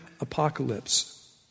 apocalypse